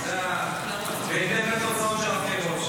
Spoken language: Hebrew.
זה --- בהתאם לתוצאות של הבחירות.